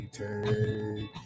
take